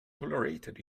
tolerated